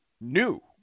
new